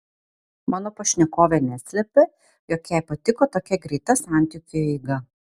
mano pašnekovė neslepia jog jai patiko tokia greita santykiu eiga